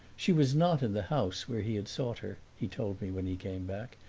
she was not in the house, where he had sought her, he told me when he came back,